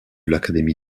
l’académie